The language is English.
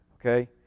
Okay